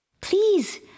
Please